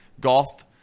golf